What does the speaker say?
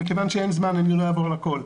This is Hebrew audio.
מכיוון שאין זמן אני לא אעבור על הכול.